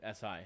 SI